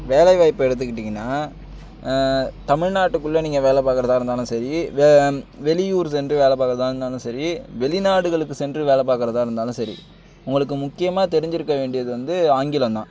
வேலைவாய்ப்பு எடுத்துக்கிட்டிங்கன்னால் தமிழ்நாட்டுகுள்ளே நீங்கள் வேலை பார்க்குறதா இருந்தாலும் சரி வெளி ஊர் சென்று வேலை பார்க்குறதா இருந்தாலும் சரி வெளி நாடுகளுக்கு சென்று வேலை பார்க்குறதா இருந்தாலும் சரி உங்களுக்கு முக்கியமாக தெரிஞ்சு இருக்க வேண்டியது வந்து ஆங்கிலம்தான்